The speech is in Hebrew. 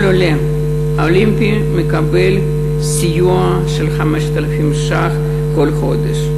כל עולה אולימפי מקבל סיוע של 5,000 שקל כל חודש.